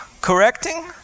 correcting